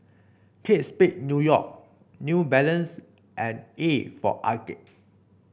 Kate Spade New York New Balance and A for Arcade